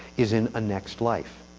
is in a next life.